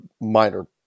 minor